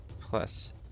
plus